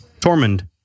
Tormund